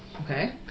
Okay